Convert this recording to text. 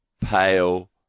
pale